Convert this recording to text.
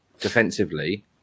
defensively